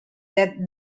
that